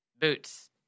Boots